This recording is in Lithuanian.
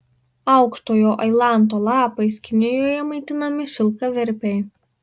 aukštojo ailanto lapais kinijoje maitinami šilkaverpiai